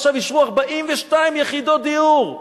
עכשיו אישרו 42 יחידות דיור,